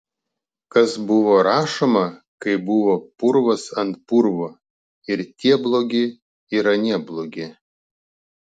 kas buvo rašoma kai buvo purvas ant purvo ir tie blogi ir anie blogi